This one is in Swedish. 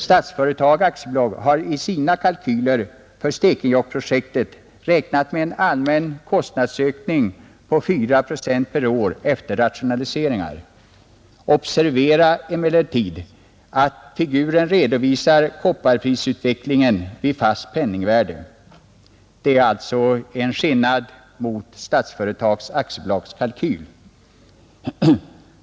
Statsföretag AB har i sina kalkyler för Stekenjokkprojektet räknat med en allmän kostnadsökning på 4 procent per år efter rationaliseringar. Observera emellertid att figuren redovisar kopparprisutvecklingen vid fast penningvärde, Det är alltså en skillnad i förhållande till Statsföretag AB:s kalkyl.